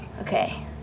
Okay